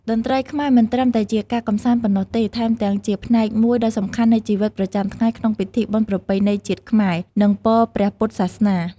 តន្ត្រីខ្មែរមិនត្រឹមតែជាការកម្សាន្តប៉ុណ្ណោះទេ ថែមទាំងជាផ្នែកមួយដ៏សំខាន់នៃជីវិតប្រចាំថ្ងៃក្នុងពិធីបុណ្យប្រពៃណីជាតិខ្មែរ និងពព្រះពុទ្ធសាសនា។